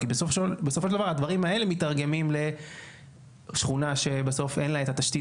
כי בסופו של דבר הדברים האלה מיתרגמים לשכונה שבסוף אין לה את התשתית